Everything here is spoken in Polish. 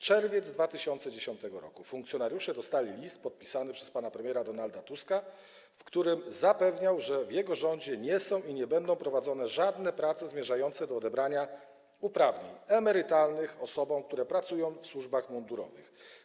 Czerwiec 2010 r - funkcjonariusze dostali list podpisany przez pana premiera Donalda Tuska, w którym zapewniał, że w jego rządzie nie są ani nie będą prowadzone żadne prace zmierzające do odebrania uprawnień emerytalnych osobom, które pracują w służbach mundurowych.